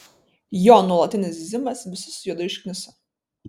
jo nuolatinis zyzimas visus juodai užkniso